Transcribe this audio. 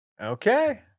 Okay